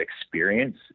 experience